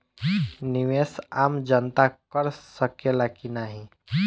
निवेस आम जनता कर सकेला की नाहीं?